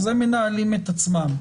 אז הם מנהלים את עצמם.